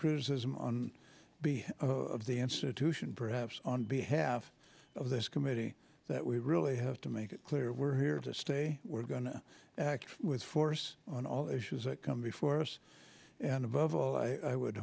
criticism on behalf of the institution perhaps on behalf of this committee that we really have to make it clear we're here to stay we're going to act with force on all issues that come before us and above all i would